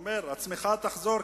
הוא אומר: הצמיחה תחזור,